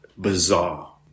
bizarre